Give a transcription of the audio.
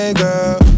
girl